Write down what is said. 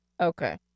Okay